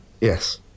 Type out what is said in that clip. Yes